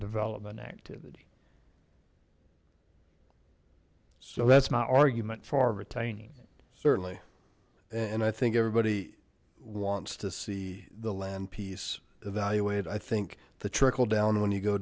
development activity so that's my argument for retaining certainly and i think everybody wants to see the land piece evaluate i think the trickle down when you go